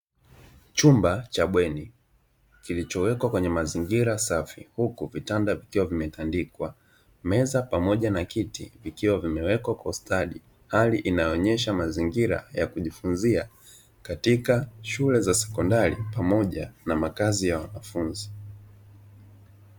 Chumba cha bweni kilichowekwa kwenye mazingira safi, huku vitanda vikiwa vimetandikwa meza pamoja na kiti vikiwa vimewekwa kwa ustadi, hali inayoonesha mazingira ya kujifunzia katika shule za sekondari pamoja na makazi ya wanafunzi.